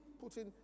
putting